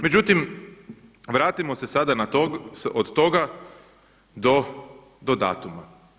Međutim, vratimo se sada od toga do datuma.